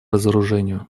разоружению